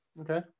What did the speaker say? Okay